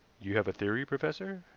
you have a theory, professor?